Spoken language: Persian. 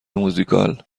موزیکال